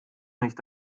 nicht